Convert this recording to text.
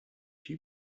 few